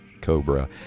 Cobra